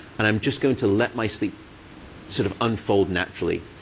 and i am just going to let my sleep sort of unfold naturally.